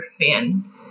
fan